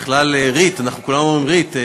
בכלל, ריט, אנחנו כולנו אומרים ריט.